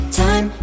time